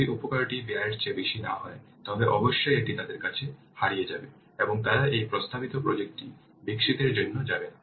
যদি উপকারটি ব্যয়ের চেয়ে বেশি না হয় তবে অবশ্যই এটি তাদের কাছে হারিয়ে যাবে এবং তারা এই প্রস্তাবিত প্রজেক্ট টি বিকশিতের জন্য যাবে না